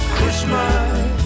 Christmas